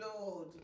Lord